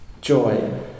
joy